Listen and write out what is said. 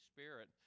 Spirit